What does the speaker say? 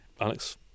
Alex